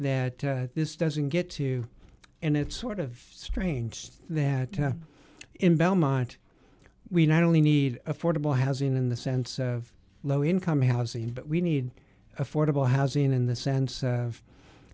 that this doesn't get to and it's sort of strange that in belmont we not only need affordable housing in the sense of low income housing but we need affordable housing in the sense of